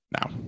Now